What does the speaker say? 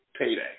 payday